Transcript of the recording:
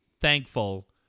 thankful